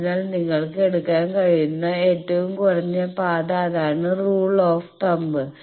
അതിനാൽ നിങ്ങൾക്ക് എടുക്കാൻ കഴിയുന്ന ഏറ്റവും കുറഞ്ഞ പാത അതാണ് റൂൾ ഓഫ് തമ്പ്